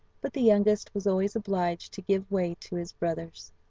but the youngest was always obliged to give way to his brothers.